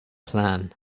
plan